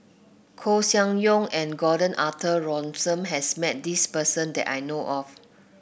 Koeh Sia Yong and Gordon Arthur Ransome has met this person that I know of